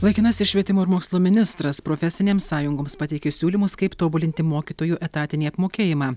laikinasis švietimo ir mokslo ministras profesinėm sąjungoms pateikė siūlymus kaip tobulinti mokytojų etatinį apmokėjimą